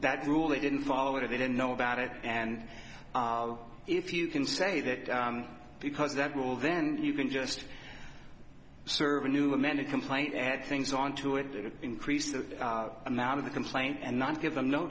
that rule they didn't follow it or they didn't know about it and if you can say that because that will then you can just serve a new amended complaint add things on to it to increase the amount of the complaint and not give them no